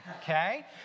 Okay